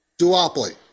Duopoly